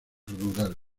rural